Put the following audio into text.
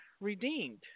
redeemed